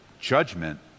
judgment